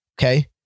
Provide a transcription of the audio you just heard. Okay